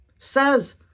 says